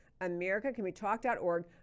americacanwetalk.org